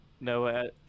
No